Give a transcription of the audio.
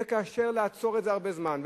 יהיה קשה לעצור את זה הרבה זמן.